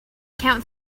count